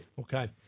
Okay